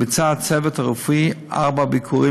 ביצע הצוות הרפואי ארבעה ביקורים